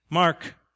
Mark